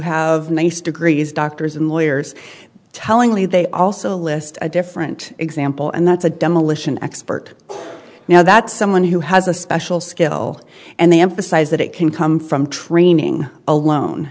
have nice degrees doctors and lawyers tellingly they also list a different example and that's a demolition expert now that someone who has a special skill and they emphasize that it can come from training alone